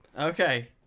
okay